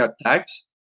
attacks